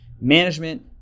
management